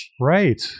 Right